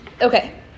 Okay